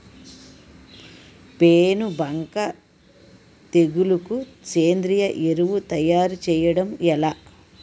పేను బంక తెగులుకు సేంద్రీయ ఎరువు తయారు చేయడం ఎలా?